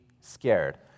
scared